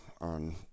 on